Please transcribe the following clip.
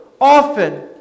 often